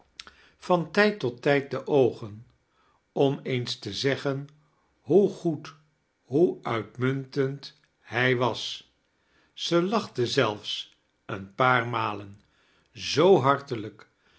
van kerstvertellingen tijd tot tijd de aogea am eens te zeggen hoe gaed hoe uibmuntend hij was zij lachte zelfs een paar malen zoo hartelijk